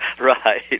right